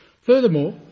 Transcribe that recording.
Furthermore